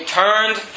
turned